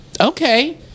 Okay